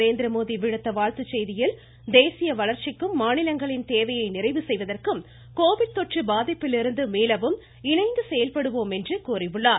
நரேந்திரமோடி விடுத்த வாழ்த்து செய்தியில் தேசிய வளர்ச்சிக்கும் மாநிலங்களின் தேவையை நிறைவு செய்வதற்கும் கோவிட் தொற்று பாதிப்பிலிருந்து மீளவும் இணைந்து செயல்படுவோம் என்று கூறியுள்ளார்